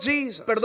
Jesus